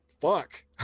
Fuck